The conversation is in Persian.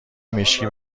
مشکی